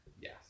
Yes